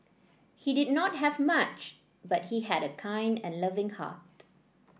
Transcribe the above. he did not have much but he had a kind and loving heart